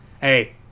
hey